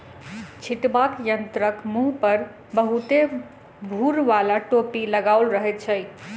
छिटबाक यंत्रक मुँह पर बहुते भूर बाला टोपी लगाओल रहैत छै